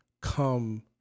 come